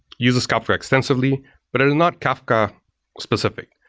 uses kafka extensively but are not kafka specific.